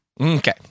Okay